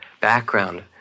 background